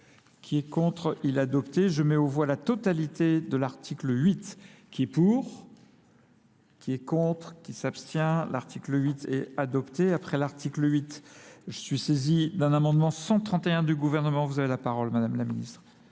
qui est contre, il a adopté. Je mets au voie la totalité de l'article 8, qui est pour, qui est contre, qui s'abstient. L'article 8 est adopté. Après l'article 8, je suis saisi d'un amendement 131 du gouvernement. Vous avez la parole, madame la ministre.